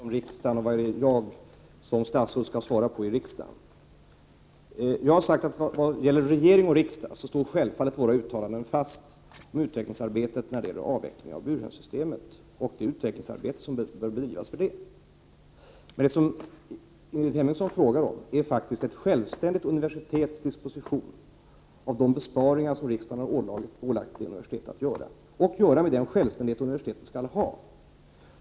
Herr talman! Ingrid Hemmingsson tangerar nu gränsen för vad jag som statsråd skall svara på i riksdagen. Jag har sagt att regeringens och riksdagens uttalande om det utvecklingsarbete som bör bedrivas när det gäller avvecklingen av burhönssystemet självfallet står fast. Det som Ingrid Hemmingsson frågar om är faktiskt ett självständigt universitets disposition av de besparingar som riksdagen har ålagt universitetet att göra. Det handlar om den självständighet som universitet skall ha.